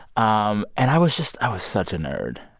um and i was just i was such a nerd.